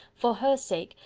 for her sake,